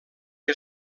que